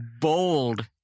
bold